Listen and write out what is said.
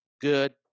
good